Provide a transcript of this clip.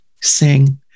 sing